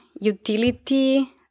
utility